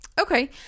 Okay